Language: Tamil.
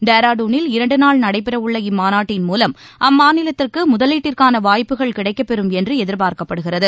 டேராடுனில் இரண்டுநாள் நடைபெறவுள்ள இம்மாநாட்டின் மூலம் அம்மாநிலத்திற்கு முதலீட்டிற்கான வாய்ப்புக்கள் கிடைக்கப்பெறும் என்று எதிர்பார்க்கப்படுகிறது